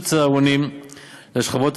אם זו לא הוכחה נוספת שהאיש הזה וחבריו